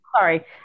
Sorry